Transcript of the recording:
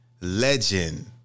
Legend